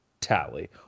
tally